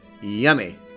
Yummy